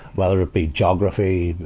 whether it be geography,